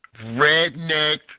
redneck